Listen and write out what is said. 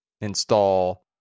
install